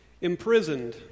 Imprisoned